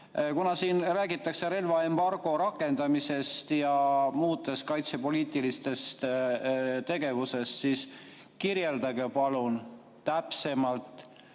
Kuna siin räägitakse relvaembargo rakendamisest ja muudest kaitsepoliitilistest tegevustest, siis kirjeldage palun täpsemalt,